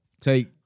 take